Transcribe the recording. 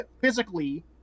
physically